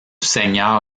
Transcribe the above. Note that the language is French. seigneur